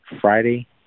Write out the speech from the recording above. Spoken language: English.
Friday